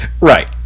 Right